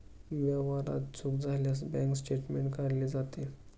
व्यवहारात चूक झाल्यास बँक स्टेटमेंट काढले जाते